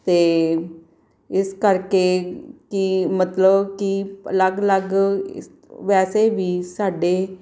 ਅਤੇ ਇਸ ਕਰਕੇ ਕਿ ਮਤਲਬ ਕਿ ਅਲੱਗ ਅਲੱਗ ਇਸ ਵੈਸੇ ਵੀ ਸਾਡੇ